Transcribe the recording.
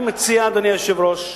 אני מציע, אדוני היושב-ראש,